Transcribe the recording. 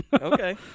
Okay